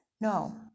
No